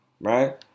Right